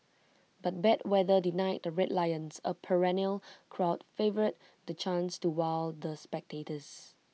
but bad weather denied the Red Lions A perennial crowd favourite the chance to wow the spectators